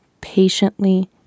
patiently